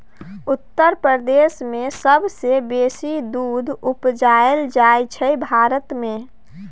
उत्तर प्रदेश मे सबसँ बेसी दुध उपजाएल जाइ छै भारत मे